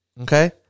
okay